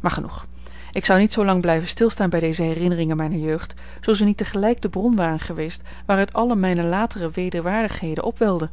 maar genoeg ik zou niet zoo lang blijven stilstaan bij deze herinneringen mijner jeugd zoo ze niet tegelijk de bron waren geweest waaruit alle mijne latere wederwaardigheden opwelden